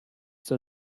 zur